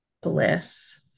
bliss